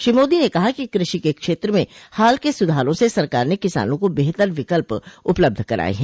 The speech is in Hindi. श्री मोदी ने कहा कि कृषि के क्षेत्र में हाल के सुधारों से सरकार ने किसानों को बेहतर विकल्प उपलब्ध कराए हैं